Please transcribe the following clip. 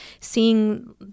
seeing